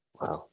Wow